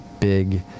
big